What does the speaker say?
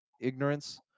ignorance